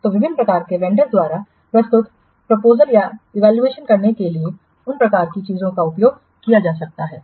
तो विभिन्न प्रकार के व्हेनडर्स द्वारा प्रस्तुत प्रपोजल का वैल्यूएशन करने के लिए उन प्रकार की चीजों का उपयोग किया जा सकता है